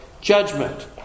judgment